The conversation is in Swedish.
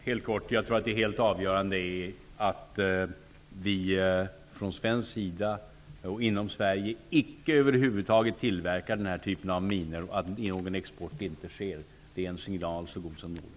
Herr talman! Jag tror att det helt avgörande är att vi icke över huvud taget tillverkar denna typ av minor i Sverige och att någon export inte sker. Det är en signal så god som någon.